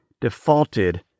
defaulted